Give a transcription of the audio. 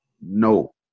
No